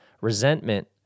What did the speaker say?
Resentment